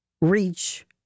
reach